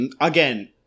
Again